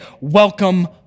welcome